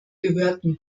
gehörten